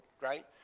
Right